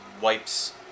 wipes